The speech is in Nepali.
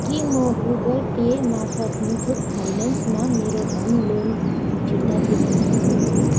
के म गुगल पे मार्फत मुथुट फाइनेन्समा मेरो होम लोन फिर्ता तिर्न सक्छु